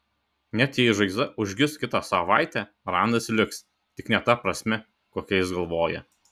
net jei žaizda užgis kitą savaitę randas liks tik ne ta prasme kokia jis galvoja